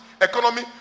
economy